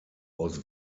aus